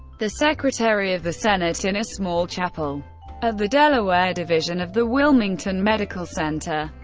the secretary of the senate in a small chapel at the delaware division of the wilmington medical center.